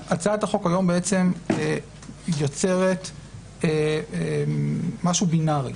הצעת החוק היום יוצרת הסדר בינארי